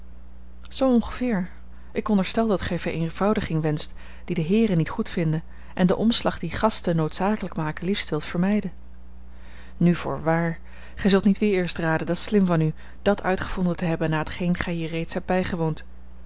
zoo ongeveer ik onderstel dat gij vereenvoudiging wenscht die de heeren niet goed vinden en den omslag dien gasten noodzakelijk maken liefst wilt vermijden nu voorwaar gij zult niet weer eerst raden dat's slim van u dàt uitgevonden te hebben na t geen gij hier reeds hebt bijgewoond